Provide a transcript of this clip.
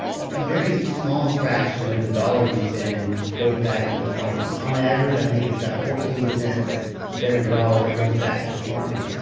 a very small fraction of the dollar you spend goes back to the farmer on average, i think it's about fourteen cents of every dollar goes back to the farmer.